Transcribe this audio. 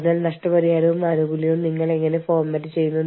പ്രാദേശിക വിദേശ ഉടമസ്ഥതയിലുള്ള സംരംഭങ്ങൾക്ക് ദേശീയ നിയമത്തിന്റെ പ്രയോഗം